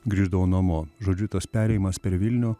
grįždavau namo žodžiu tas perėjimas per vilnių